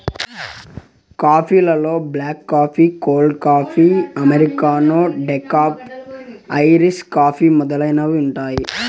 coffee లలో black coffee, cold coffee, americano, decaf, Irish coffee మొదలైనవి ఉన్నాయి